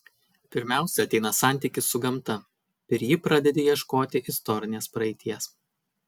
pirmiausia ateina santykis su gamta per jį pradedi ieškoti istorinės praeities